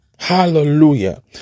Hallelujah